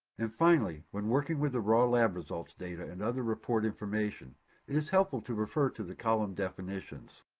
and finally, when working with the raw lab results data and other report information, it is helpful to refer to the column definitions.